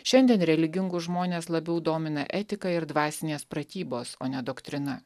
šiandien religingus žmones labiau domina etika ir dvasinės pratybos o ne doktrina